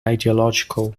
ideological